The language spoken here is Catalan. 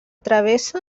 travessa